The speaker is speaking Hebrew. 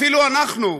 אפילו אנחנו,